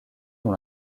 dont